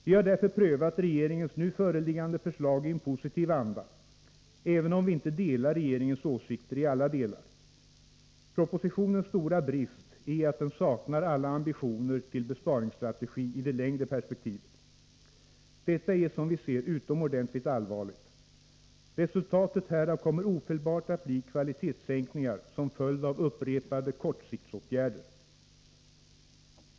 Vi har därför prövat regeringens nu föreliggande förslag i en positiv anda, även om vi inte delar regeringens åsikter i alla delar. Propositionens stora brist är att den saknar alla ambitioner till besparingsstrategi i det längre perspektivet. Detta är som vi ser det utomordentligt allvarligt. Resultatet härav kommer ofelbart att bli kvalitetssänkningar som följd av upprepade kortsiktsåtgärder.